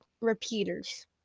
repeaters